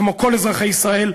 כמו כל אזרחי ישראל.